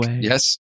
Yes